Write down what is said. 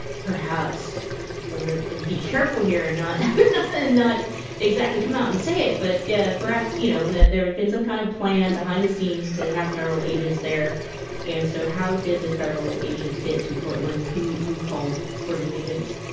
perhaps but i mean ah be careful here and not but and not exactly come out and say it but yeah, perhaps you know that there had been some kind of plan behind the scenes to have federal agents there and so how did the federal agents get to portland who who called for the agents?